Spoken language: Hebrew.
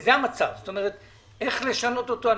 זה המצב, ואיך לשנות אותו?